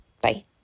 Bye